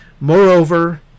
moreover